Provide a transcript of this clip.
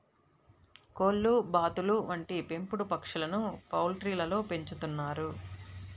కోళ్లు, బాతులు వంటి పెంపుడు పక్షులను పౌల్ట్రీలలో పెంచుతున్నారు